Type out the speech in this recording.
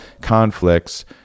conflicts